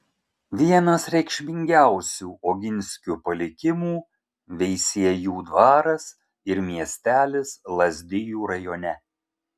vienas reikšmingiausių oginskių palikimų veisiejų dvaras ir miestelis lazdijų rajone